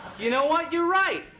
you know what? you're right.